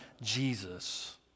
Jesus